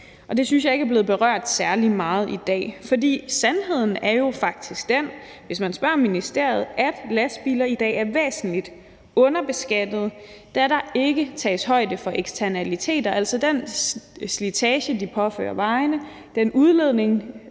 Det synes jeg ikke er blevet berørt særlig meget i dag. For sandheden er jo faktisk den, hvis man spørger ministeriet, at lastbiler i dag er væsentligt underbeskattede, da der ikke tages højde for eksternaliteter, altså den slitage, de påfører vejene, og den udledning